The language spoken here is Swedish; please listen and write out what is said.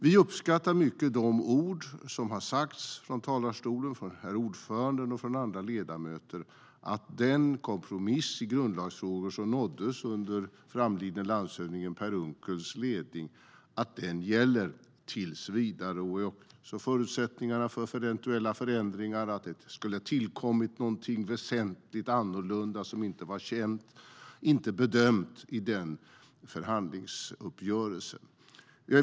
Vi uppskattar mycket de ord som har sagts från talarstolen av utskottets ordförande och av andra ledamöter om att den kompromiss i grundlagsfrågor som nåddes under framlidne landshövdingen Per Unckels ledning gäller tills vidare. Förutsättningar för eventuella förändringar, att det skulle ha tillkommit något väsentligt annorlunda som inte var känt, bedöms inte finnas i den förhandlingsuppgörelsen.